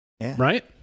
right